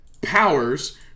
powers